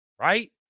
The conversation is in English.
right